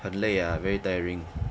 很累 ah very tiring